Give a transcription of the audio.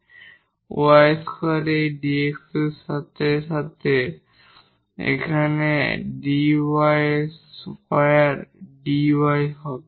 𝑦 2 এই dx এর সাথে এখানে y স্কোয়ার dy হবে